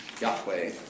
Yahweh